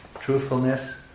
Truthfulness